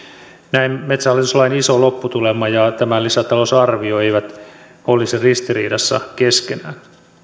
näin metsähallitus lain iso lopputulema ja tämä lisätalousarvio eivät olisi ristiriidassa keskenään